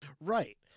Right